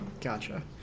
Gotcha